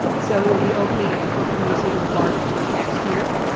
so it will be opening at the brooklyn museum of art next year.